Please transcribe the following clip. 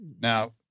Now